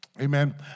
Amen